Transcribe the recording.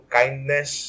kindness